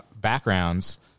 backgrounds